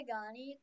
Gani